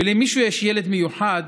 ואם למישהו יש ילד מיוחד,